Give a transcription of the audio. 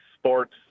sports